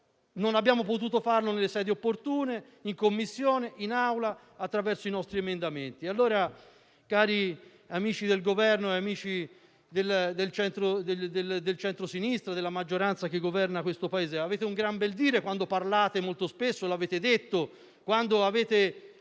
non abbiamo potuto fare nelle sedi opportune, in Commissione e in Aula, attraverso i nostri emendamenti. Cari amici del Governo e amici del centrosinistra e della maggioranza che governa questo Paese, allora avete un gran bel dire quando parlate - lo avete detto molto spesso